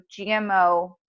GMO